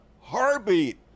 heartbeat